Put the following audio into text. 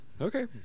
okay